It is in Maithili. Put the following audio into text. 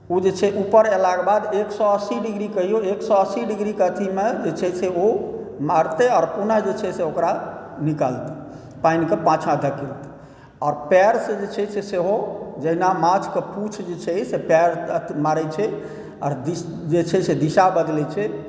ओ जे छै ऊपर एलाके बाद एक सए अस्सी डिग्री कहिऔ एक सए अस्सी डिग्रीके अथीमे जे छै से ओ मारतै और पुनः जे छै से ओकरा निकालतै पानिके पाछा धकेल आओर पैरसँ जे छै से सेहो जहिना माछक पुछ जे छै पैर मारै छै आओर जे चाही से दिशा बदलै छै